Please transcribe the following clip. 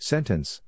Sentence